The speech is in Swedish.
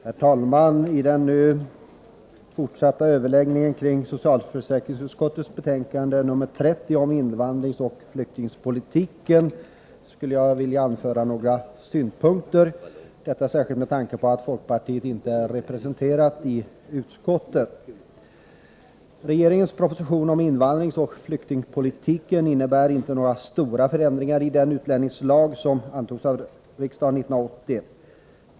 Herr talman! I den nu fortsatta överläggningen om socialförsäkringsutskottets betänkande 30 om invandringsoch flyktingpolitiken skulle jag vilja anföra några synpunkter, särskilt med tanke på att folkpartiet inte är representerat i utskottet. Regeringens proposition om invandringsoch flyktingpolitiken innebär inte några stora förändringar i den utlänningslag som antogs av riksdagen år 1980.